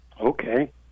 Okay